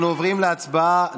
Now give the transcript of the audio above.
אנחנו עוברים להצבעה.